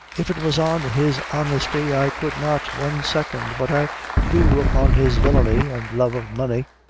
if it was on his honesty, i could not, one second, but i do upon his villainy and love of money.